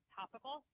topical